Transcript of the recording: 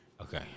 Okay